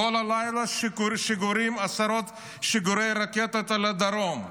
כל הלילה עשרות שיגורי רקטות על הדרום,